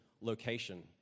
location